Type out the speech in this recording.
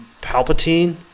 Palpatine